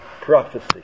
prophecy